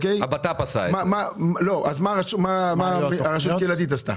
מה עשתה הרשות הקהילתית.